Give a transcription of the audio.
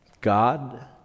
God